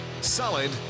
solid